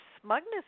smugness